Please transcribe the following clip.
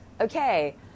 okay